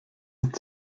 ist